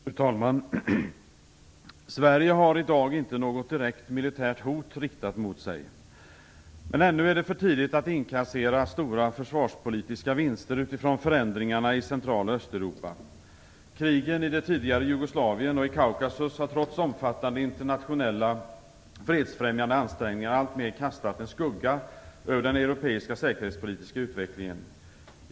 Fru talman! Sverige har i dag inte något direkt militärt hot riktat mot sig. Men ännu är det för tidigt att inkassera stora försvarspolitiska vinster utifrån förändringarna i Central och Östeuropa. Krigen i det tidigare Jugoslavien och i Kaukasus har trots omfattande internationella fredsfrämjande ansträngningar alltmer kastat en skugga över den europeiska säkerhetspolitiska utvecklingen.